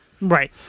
Right